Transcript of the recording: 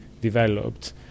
developed